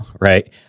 right